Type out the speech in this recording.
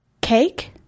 Cake